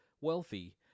wealthy